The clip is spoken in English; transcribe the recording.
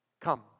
Come